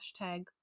hashtag